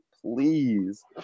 please